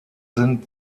sind